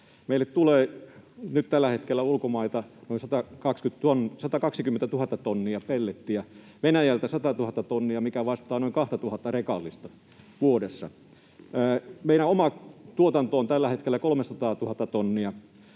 Meille tulee nyt tällä hetkellä ulkomailta noin 120 000 tonnia pellettiä vuodessa — Venäjältä 100 000 tonnia, mikä vastaa noin kahtatuhatta rekallista. Meidän oma tuotantomme on tällä hetkellä 300 000 tonnia.